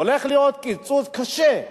הולך להיות קיצוץ קשה,